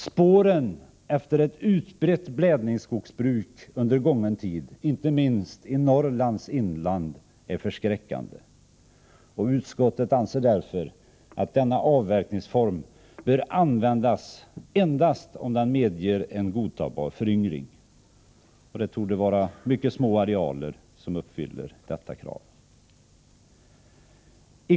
Spåren efter ett utbrett blädningsskogsbruk under gången tid, inte minst i Norrlands inland, är förskräckande. Utskottet anser därför att denna avverkningsform endast bör användas om den medger en godtagbar föryngring. Det torde vara mycket små arealer som uppfyller detta krav.